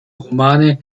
romane